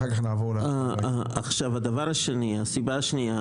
הסיבה השנייה.